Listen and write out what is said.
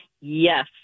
Yes